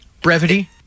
Brevity